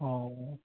অঁ